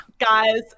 Guys